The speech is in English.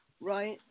Right